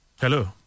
Hello